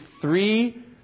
three